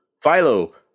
Philo